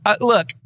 Look